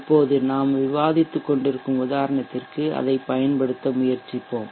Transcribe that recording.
இப்போது நாம் விவாதித்துக்கொண்டிருக்கும் உதாரணத்திற்கு அதைப் பயன்படுத்த முயற்சிப்போம்